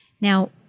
Now